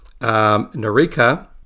Narika